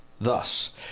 Thus